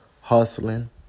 Hustling